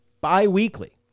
bi-weekly